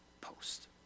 post